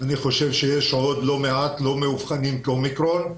אני חושב שיש עוד לא מעט לא מאובחנים כ-אומיקרון.